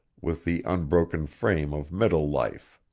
with the unbroken frame of middle life.